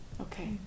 Okay